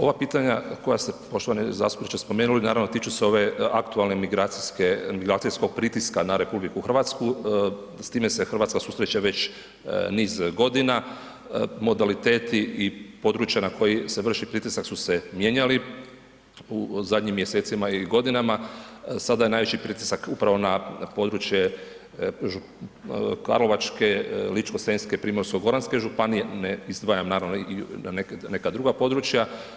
Ova pitanja koja ste poštovani zastupniče spomenuli, naravno tiču se ove aktualnog migracijskog pritiska na RH, s tim se Hrvatska susreće već niz godina, modaliteti i područja nad koje se vrši pritisak su se mijenjali i u zadnjim mjesecima i godinama, sada je najviši pritisak upravo na područje Karlovačke, Ličko-senjske i Primorsko-goranske županije, da ne izdvajam naravno i neka druga područja.